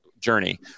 journey